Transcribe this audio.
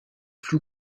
plus